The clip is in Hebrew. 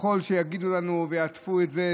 ככל שיגידו לנו ויעטפו את זה,